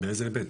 באיזה היבט?